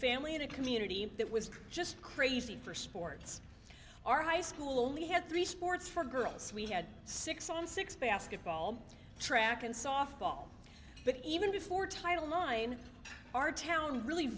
family in a community that was just crazy for sports are high school only had three sports for girls we had six on six basketball track and softball but even before title line our town really